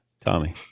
Tommy